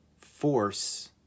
force